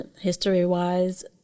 history-wise